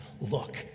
Look